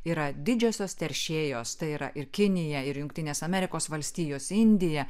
yra didžiosios teršėjos tai yra ir kinija ir jungtinės amerikos valstijos indija